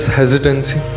hesitancy